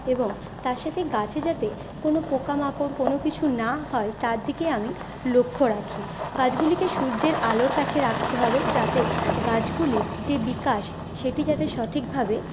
এবং তার সাথে গাছে যাতে কোনো পোকা মাকড় কোনো কিছু না হয় তার দিকে আমি লক্ষ্য রাখি গাছগুলিকে সূর্যের আলোর কাছে রাখতে হবে যাতে গাছগুলির যে বিকাশ সেটি যাতে সঠিকভাবে